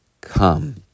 come